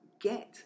get